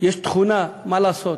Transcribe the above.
יש תכונה, מה לעשות,